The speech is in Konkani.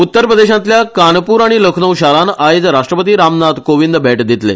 उत्तर प्रदेशांतल्या कानप्र आनी लखनउ शारांत आयज राष्ट्रपती राम नाथ कोविंद भेट दितले